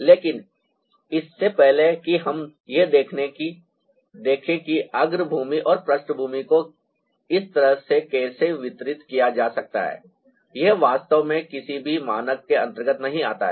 लेकिन इससे पहले कि हम यह देखें कि अग्रभूमि और पृष्ठभूमि को इस तरह से कैसे वितरित किया जा सकता है यह वास्तव में किसी भी मानक के अंतर्गत नहीं आता है